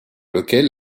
lequel